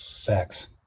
Facts